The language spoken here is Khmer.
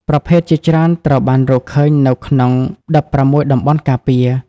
ប្រភេទជាច្រើនត្រូវបានរកឃើញនៅក្នុង ១៦ តំបន់ការពារ។